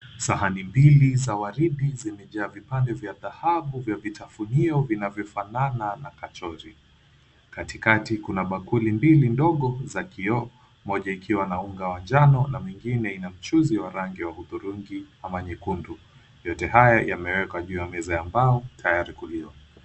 Sahani mbili za waridi zimejaa vipande vya dhahabu vya vitafunio vinavyofanana na kachori katikati, kuna bakuli mbili ndogo za kioo moja ikiwa na unga wa njano na mingine ina mchuuzi wa rangi wa udhurungi ama nyekundu, yote haya yameekwa juu ya meza ya mbao tayari kuliwa.